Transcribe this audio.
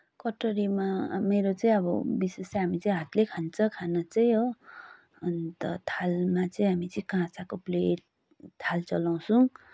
कटोरीमा मेरो चाहिँ अब विशेष चाहिँ हामी हातले खान्छ खाना चाहिँ हो अन्त थालमा चाहिँ हामी चाहिँ काँसाको प्लेट थाल चलाउँछौँ